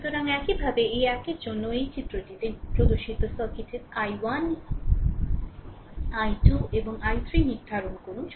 সুতরাং একইভাবে এই একের জন্য এই চিত্রটিতে প্রদর্শিত সার্কিটের i1 i2 এবং i3 নির্ধারণ করুন